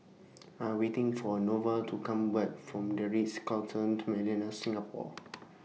I Am waiting For Norval to Come Back from The Ritz Carlton Singapore